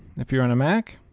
if you're on a mac,